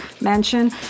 mansion